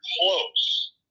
close